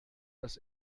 das